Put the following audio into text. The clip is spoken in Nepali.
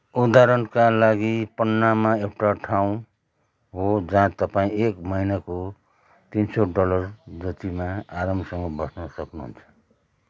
उदाहरणका लागि पन्नामा एउटा ठाउँ हो जहाँ तपाईँँ एक महिनाको तिन सौ डलर जतिमा आरामसँग बस्न सक्नुहुन्छ